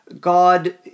God